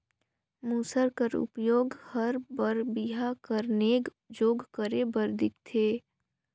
मूसर कर उपियोग हर बर बिहा कर नेग जोग करे बर दिखथे